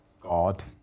God